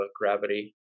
gravity